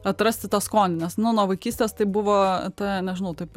atrasti tą skonį nes nu nuo vaikystės tai buvo ta nežinau taip